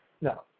No